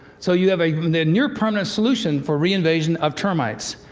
so, you have a near-permanent solution for reinvasion of termites.